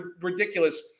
ridiculous